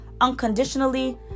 unconditionally